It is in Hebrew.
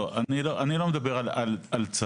לא, אני לא מדבר על צרות.